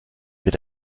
wird